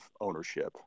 ownership